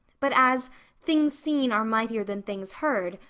but as things seen are mightier than things heard,